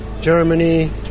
Germany